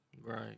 Right